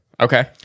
Okay